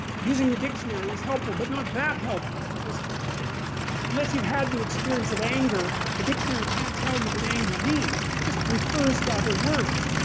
using a dictionary is helpful, but not that helpful, because like unless you've had the experience of anger, the dictionary can't tell you what anger means. it just refers to other words.